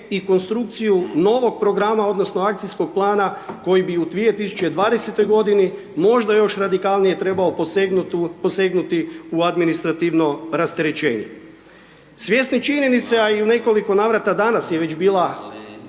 i konstrukciju novog programa odnosno akcijskog plana koji bi u 2020. g. možda još radikalnije trebao posegnuti u administrativno rasterećenje. Svjesni činjenica a i u nekoliko navrata danas je već bila